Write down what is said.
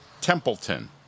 Templeton